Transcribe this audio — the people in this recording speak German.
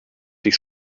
dich